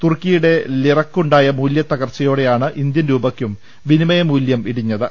തുർക്കിയുടെ ലിറക്കുണ്ടായ മൂല്യത കർച്ചയോട്ടെയാണ് ഇന്ത്യൻ രൂപയ്ക്കും വിനിമയമൂല്യവും ഇടിഞ്ഞത്